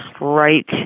right